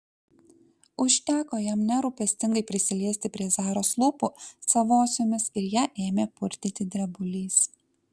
užteko jam nerūpestingai prisiliesti prie zaros lūpų savosiomis ir ją ėmė purtyti drebulys